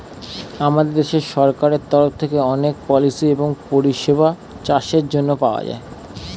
আমাদের দেশের সরকারের তরফ থেকে অনেক পলিসি এবং পরিষেবা চাষের জন্যে পাওয়া যায়